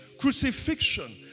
crucifixion